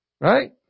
Right